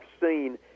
seen